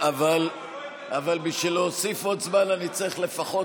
אבל בשביל להוסיף עוד זמן אני צריך לפחות